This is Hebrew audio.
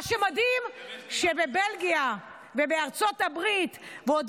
מה שמדהים הוא שבבלגיה ובארצות את הברית ועוד